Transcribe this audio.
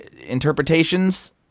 interpretations